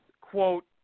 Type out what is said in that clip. quote